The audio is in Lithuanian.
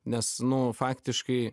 nes nu faktiškai